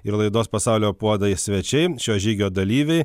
ir laidos pasaulio puodai svečiai šio žygio dalyviai